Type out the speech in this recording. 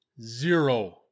zero